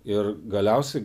ir galiausiai